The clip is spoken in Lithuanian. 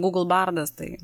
gūgl bardas tai